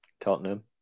Tottenham